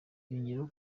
yongeyeho